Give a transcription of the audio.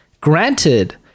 Granted